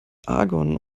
argon